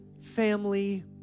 family